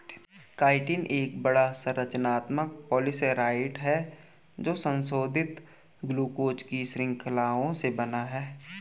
chitin एक बड़ा, संरचनात्मक पॉलीसेकेराइड है जो संशोधित ग्लूकोज की श्रृंखलाओं से बना है